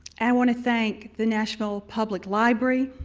and want to thank the nashville public library,